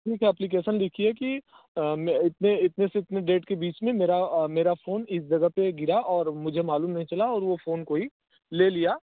एक एप्लीकेसन लिखिए कि मैं इतने से इतने डेट के बीच में मेरा मेरा फोन इस जगह पर गिरा और मुझे मालूम नहीं चला और वह फोन कोई ले लिया